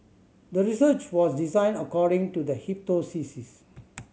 the research was designed according to the hypothesis